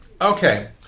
Okay